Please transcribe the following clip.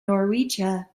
norwegia